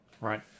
right